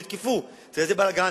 ויתקפו: תראה איזה בלגן.